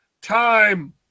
time